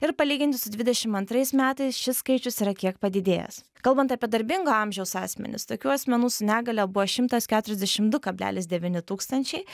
ir palyginti su dvidešim antrais metais šis skaičius yra kiek padidėjęs kalbant apie darbingo amžiaus asmenis tokių asmenų su negalia buvo šimtas keturiasdešim du kablelis devyni tūkstančiai